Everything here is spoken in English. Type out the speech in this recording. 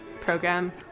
program